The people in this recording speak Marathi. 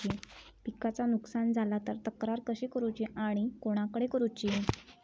पिकाचा नुकसान झाला तर तक्रार कशी करूची आणि कोणाकडे करुची?